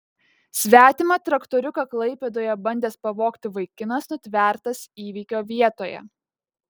svetimą traktoriuką klaipėdoje bandęs pavogti vaikinas nutvertas įvykio vietoje